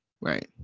right